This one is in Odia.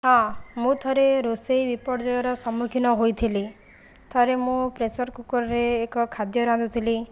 ହଁ ମୁଁ ଥରେ ରୋଷେଇ ବିପର୍ଯ୍ୟୟର ସମ୍ମୁଖୀନ ହୋଇଥିଲି ଥରେ ମୁଁ ପ୍ରେସରକୁକରରେ ଏକ ଖାଦ୍ୟ ରାନ୍ଧୁଥିଲି